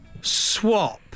swap